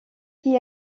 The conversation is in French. qui